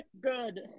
Good